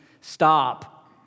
stop